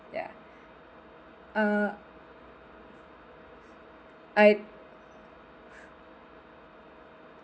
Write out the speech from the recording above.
ya uh I